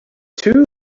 two